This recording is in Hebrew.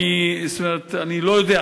אני לא יודע,